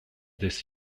this